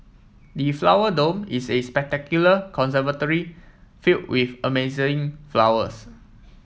the Flower Dome is a spectacular conservatory filled with amazing flowers